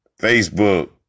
Facebook